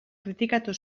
kritikatu